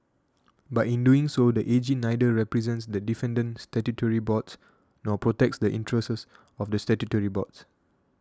but in doing so the A G neither represents the defendant statutory boards nor protects the interests of the statutory boards